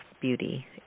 beauty